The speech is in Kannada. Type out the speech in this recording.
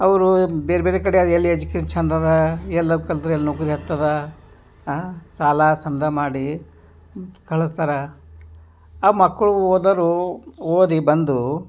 ಅವರು ಬೇರೆ ಬೇರೆ ಕಡೆ ಅದೆಲ್ಲಿ ಎಜುಕೇನ್ ಚಂದ ಅದ ಎಲ್ಲೋಗಿ ಕಲ್ತ್ರೆ ಎಲ್ಲಿ ನೌಕರಿ ಹತ್ತದ ಸಾಲ ಸಮದ ಮಾಡಿ ಕಳಸ್ತಾರ ಆ ಮಕ್ಕಳು ಓದೋರು ಓದಿ ಬಂದು